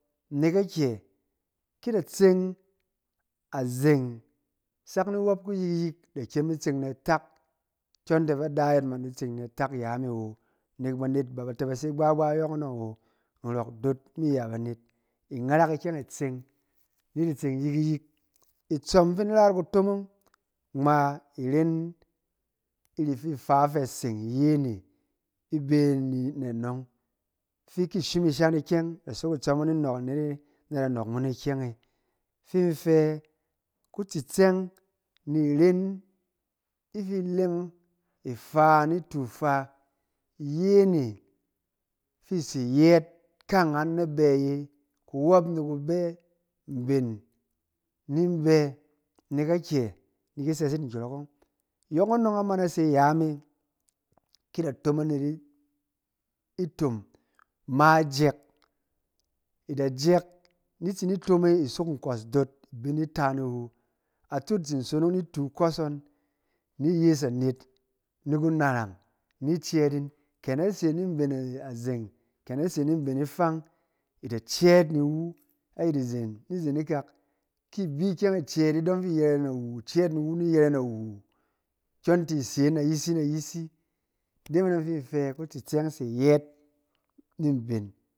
Nek akyɛ, ki ida tseng azeng sak niwob kuyik-yik ida kyem itseng na atak kyɔnte ba dayit man ba tseng na tak yaame awo nek banet ba bate ba se gbagba yɔkɔnɔng awo, nrɔk doot mi ya banet. Ingarak kyeng itseng ni di tseng yik-yik. Hoon fi ndi ra’t kutomong mgma iren iri fi ifa ifɛ aseng ye ne ibe ni ne anɔng, fi ki ishim ishan ikyeng ida sok itsong ɔng ni nɔɔk anet e na da nɔɔk mo ne ikyeng e. Fi in fɛ kutsitsɛng ni iren ifi ilem ifa ni itu ifa iye ne fi ise yɛɛt ka angaan na bɛ iye, ku wdɔ ni ku be mben ni mbe, nek a kyɛ? Ndiki ses yit nkyɔrɔk ɔng. Yɔkɔnɔng a man ase yaame ki ida tom anet i item ma yɛk ida jɛk nit sin ni itome isok nkɔs dood ni tsini ta ni wu. Atud itsin sonong ni itu ikɔs ngɔn ni yes anet ni kunarang ni cɛɛt yin ke na ase ni mben az-azeng ken a ase ni mben ifang ida cɛɛt ni wu ayit izen, ni izen ikak ibi ikyɛng icɛɛt idɔng fi iyɛrɛ nawu icɛɛt iwu ni yɛrɛ nawu wu kyɔnti ise n ayisi na ayisi. Ide me dɔng fi nfɛ kutsitsɛng se yɛɛt ni mben.